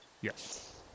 Yes